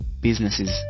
businesses